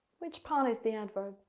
which pond is the adverb?